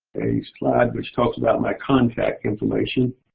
a slide which talks about my contact information,